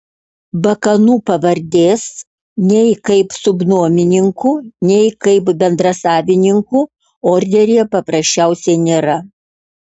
bakanų pavardės nei kaip subnuomininkų nei kaip bendrasavininkų orderyje paprasčiausiai nėra